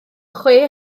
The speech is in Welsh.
chwe